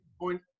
point